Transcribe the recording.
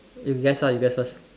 you guess ah you guess first